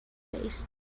faced